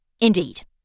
Indeed